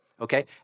okay